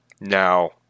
Now